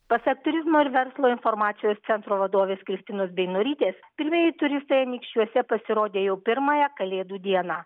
pasak turizmo ir verslo informacijos centro vadovės kristinos beinorytės pirmieji turistai anykščiuose pasirodė jau pirmąją kalėdų dieną